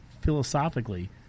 philosophically